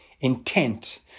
intent